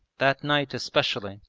that night especially,